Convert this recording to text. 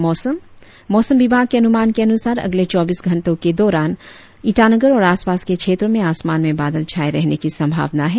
और अब मौसम मौसम विभाग के अनुमान के अनुसार अगले चौबीस घंटो के दौरान ईटानगर और आसपास के क्षेत्रो में आसमान में बादल छाये रहने की संभावना है